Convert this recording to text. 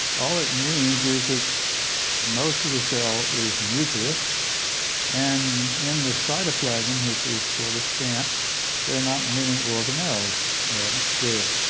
all it means is that most of the cell is nucleus and in the cytoplasm which is sort of scant they're not many organles there.